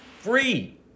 free